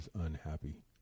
unhappy